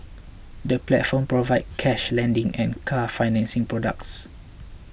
the platform provides cash lending and car financing products